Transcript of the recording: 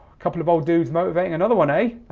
couple of old dudes motivating another one, ay?